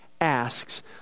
Asks